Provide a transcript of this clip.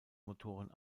motoren